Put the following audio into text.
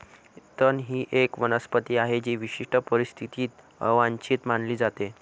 तण ही एक वनस्पती आहे जी विशिष्ट परिस्थितीत अवांछित मानली जाते